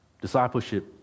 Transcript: Discipleship